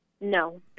No